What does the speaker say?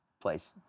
place